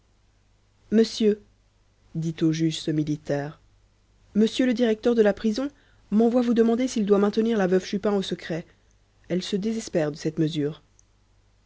monsieur dit au juge ce militaire monsieur le directeur de la prison m'envoie vous demander s'il doit maintenir la veuve chupin au secret elle se désespère de cette mesure